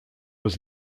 was